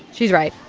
she was right.